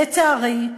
לצערי,